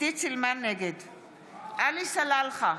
עלי סלאלחה,